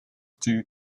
due